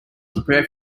prepare